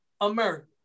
America